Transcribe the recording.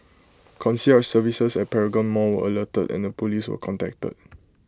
concierge services at Paragon Mall were alerted and the Police were contacted